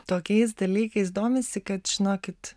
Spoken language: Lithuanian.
tokiais dalykais domisi kad žinokit